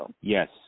Yes